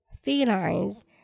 felines